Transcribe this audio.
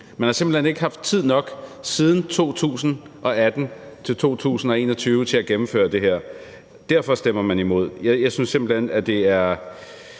Man har simpelt hen ikke haft tid nok siden 2018-2021 til at gennemføre det her. Derfor stemmer man imod. Ja, jeg har svært ved